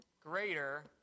greater